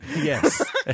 Yes